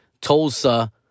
Tulsa